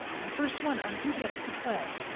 the first one on who gets to play.